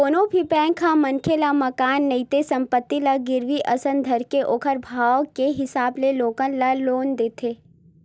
कोनो भी बेंक ह मनखे ल मकान नइते संपत्ति ल गिरवी असन धरके ओखर भाव के हिसाब ले लोगन ल लोन देथे